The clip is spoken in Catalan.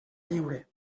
lliure